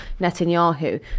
netanyahu